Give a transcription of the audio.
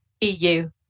EU